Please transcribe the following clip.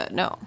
no